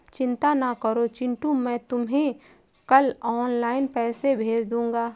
चिंता ना करो चिंटू मैं तुम्हें कल ऑनलाइन पैसे भेज दूंगा